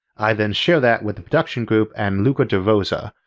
i then share that with the production group and luca de rosa,